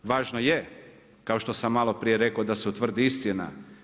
Važno je kao što sam malo prije rekao da se utvrdi istina.